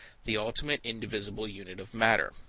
the ultimate, indivisible unit of matter.